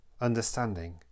understanding